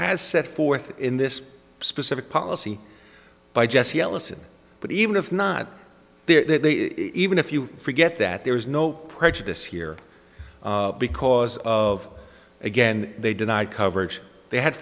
as set forth in this specific policy by jesse ellison but even if not there even if you forget that there is no prejudice here because of again they denied coverage they had